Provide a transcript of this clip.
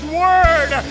word